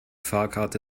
fahrkarte